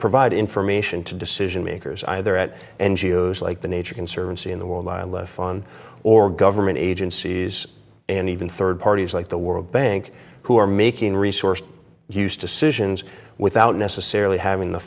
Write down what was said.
provide information to decision makers either at n g o s like the nature conservancy in the world wildlife fund or government agencies and even third parties like the world bank who are making resource used to citizens without necessarily having the